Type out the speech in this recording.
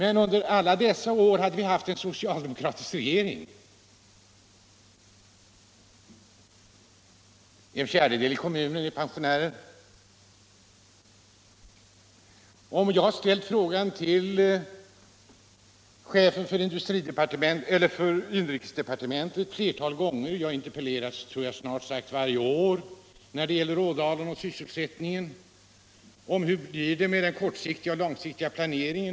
En fjärdedel av människorna i kommunen är pensionärer. Under alla dessa år hade vi en socialdemokratisk regering. Jag tror att jag snart sagt varje år har interpellerat om Ådalen och sysselsättningen. Jag har ställt frågan: Hur blir det med den kortsiktiga och den långsiktiga planeringen?